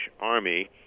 army